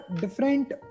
different